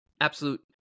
absolute